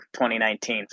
2019